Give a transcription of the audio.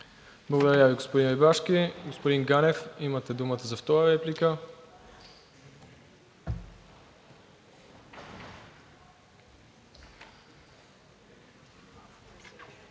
Благодаря Ви, господин Рибарски. Господин Ганев, имате думата за втора реплика.